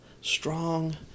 strong